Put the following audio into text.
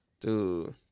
dude